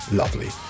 lovely